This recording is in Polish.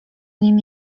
nim